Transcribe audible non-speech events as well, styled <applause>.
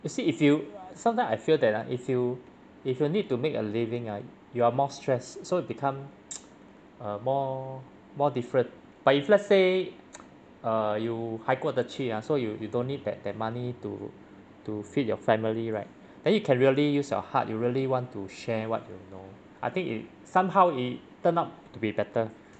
you see if you some time I feel that ah if you if you need to make a living ah you are more stress so it become <noise> um more more different but if let's say <noise> err you 还过得去 ah so you you don't need that that money to to feed your family right then you can really use your heart you really want to share what you know I think it somehow it turn out to be better